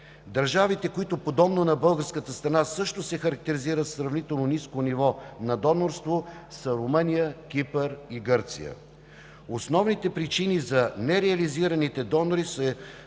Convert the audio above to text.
Държавите, които, подобно на българската страна, също се характеризират със сравнително ниско ниво на донорство, са Румъния, Кипър и Гърция. Основните причини за нереализираните донори са